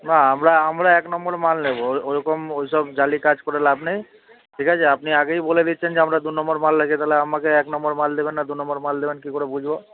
না আমার আমরা এক নম্বর মাল নেবো ওই ওই রকম ওই সব জালি কাজ করে লাভ নেই ঠিক আছে আপনি আগেই বলে দিচ্ছেন যে আমরা দু নম্বর মাল রাখি তাহলে আমাকে এক নম্বর মাল দেবেন না দু নম্বর দেবেন কী করে বুঝবো